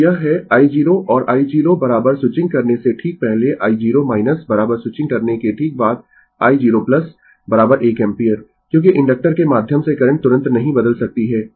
तो यह है i0 और i0 स्विचिंग करने से ठीक पहले i0 स्विचिंग करने के ठीक बाद i0 1 एम्पीयर क्योंकि इंडक्टर के माध्यम से करंट तुरंत नहीं बदल सकती है